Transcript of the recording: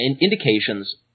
Indications